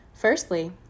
Firstly